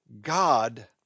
God